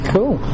Cool